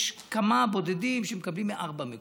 יש כמה בודדים שמקבלים מארבעה מקומות,